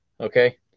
Okay